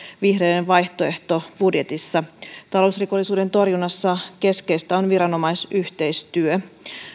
vihreiden vaihtoehtobudjetissa talousrikollisuuden torjunnassa keskeistä on viranomaisyhteistyö